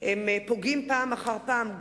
הם פוגעים פעם אחר פעם,